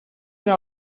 una